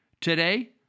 Today